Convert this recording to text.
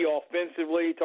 offensively